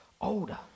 older